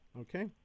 Okay